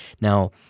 Now